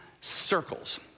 circles